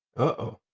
Uh-oh